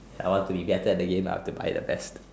I want to be better the game I have to buy the best